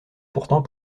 pourtant